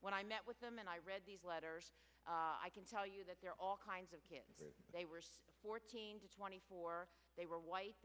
when i met with them and i read these letters i can tell you that there are all kinds of kids they were fourteen to twenty four they were white